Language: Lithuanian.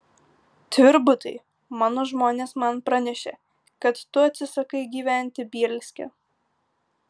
tvirbutai mano žmonės man pranešė kad tu atsisakai gyventi bielske